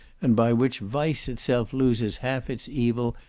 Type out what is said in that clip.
and by which vice itself loses half its evil,